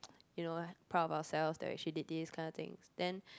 you know proud of ourselves that we actually did this kind of things then